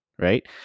right